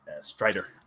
strider